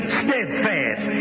steadfast